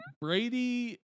Brady